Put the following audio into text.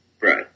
Right